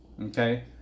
Okay